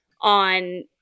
on